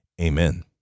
Amen